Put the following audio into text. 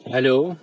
hello